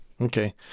Okay